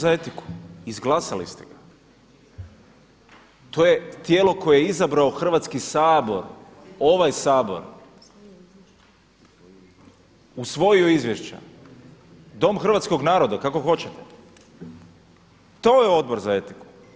Odbor za etiku, izglasali ste ga, to je tijelo koje je izabrao Hrvatski sabor, ovaj sabor, usvojio izvješća, dom hrvatskog naroda, kako hoćete, to je odbor za etiku.